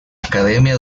academia